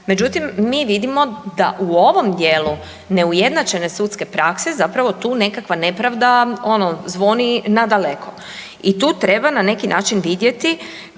Međutim, mi vidimo da u ovom dijelu neujednačene sudske prakse zapravo tu nekakva nepravda ono zvoni nadaleko i tu treba na neki način vidjeti